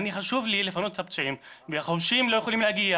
חשוב לי לפנות את הפצועים וחובשים לא יכלו להגיע